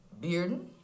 Bearden